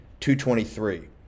.223